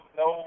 no